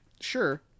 Sure